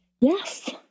Yes